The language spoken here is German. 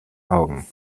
augen